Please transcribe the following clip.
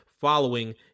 Following